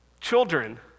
children